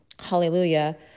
Hallelujah